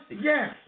Yes